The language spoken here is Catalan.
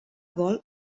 vol